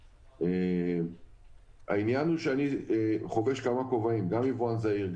אני חובש כמה כובעים גם יבואן זעיר,